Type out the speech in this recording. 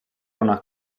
una